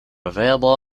available